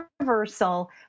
universal